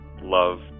love